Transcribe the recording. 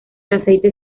aceite